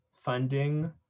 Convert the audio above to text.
funding